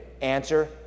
answer